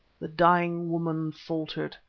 the dying woman faltered,